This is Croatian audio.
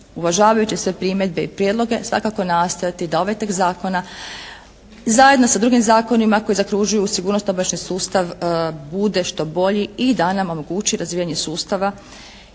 uvažavati sve primjedbe i prijedloge svakako nastojati da ovaj tekst zakona zajedno sa drugim zakonima koji zaokružuju sigurnosno-obavještajni sustav bude što bolji i da nam omogući razvijanje sustava